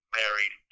married